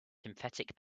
synthetic